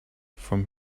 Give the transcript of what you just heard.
from